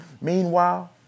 Meanwhile